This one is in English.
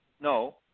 no